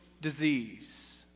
disease